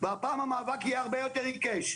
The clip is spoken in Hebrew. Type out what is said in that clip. והפעם המאבק יהיה הרבה יותר עיקש.